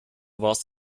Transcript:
warst